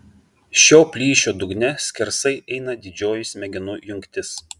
šio plyšio dugne skersai eina didžioji smegenų jungtis